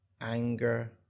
anger